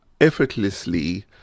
effortlessly